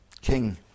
king